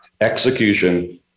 execution